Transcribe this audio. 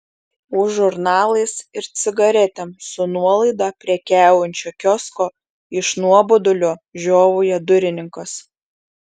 už žurnalais ir cigaretėm su nuolaida prekiaujančio kiosko iš nuobodulio žiovauja durininkas